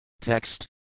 Text